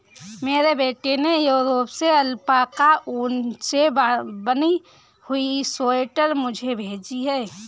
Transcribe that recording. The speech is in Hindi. मेरे बेटे ने यूरोप से अल्पाका ऊन से बनी हुई स्वेटर मुझे भेजी है